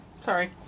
Sorry